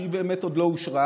שהיא באמת עוד לא אושרה,